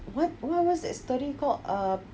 what what's that story called err